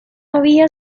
había